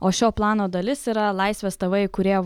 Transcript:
o šio plano dalis yra laisvės tv įkūrėjo